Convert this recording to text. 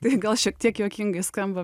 tai gal šiek tiek juokingai skamba